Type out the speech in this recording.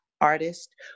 artist